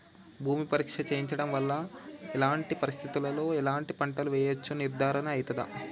భూమి పరీక్ష చేయించడం వల్ల ఎలాంటి పరిస్థితిలో ఎలాంటి పంటలు వేయచ్చో నిర్ధారణ అయితదా?